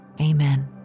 amen